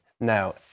Now